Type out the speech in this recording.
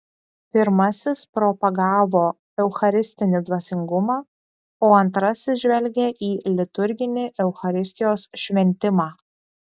pirmasis propagavo eucharistinį dvasingumą o antrasis žvelgė į liturginį eucharistijos šventimą